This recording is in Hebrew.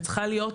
וצריכה להיות,